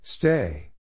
Stay